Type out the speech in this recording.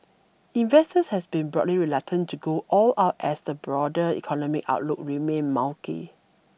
investors has been broadly reluctant to go all out as the broader economic outlook remained murky